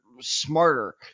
smarter